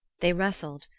they wrestled,